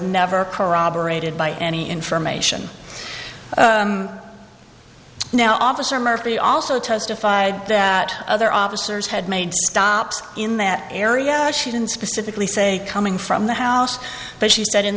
never corroborated by any information now officer murphy also testified that other officers had made stops in that area and she didn't specifically say coming from the house but she said in